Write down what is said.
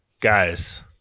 Guys